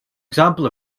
example